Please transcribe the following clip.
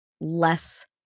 less